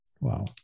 Wow